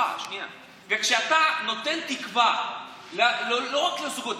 כשאתה נותן תקווה לא רק לזוגות,